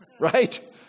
right